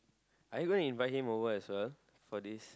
are you gonna invite him over as well for this